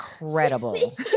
incredible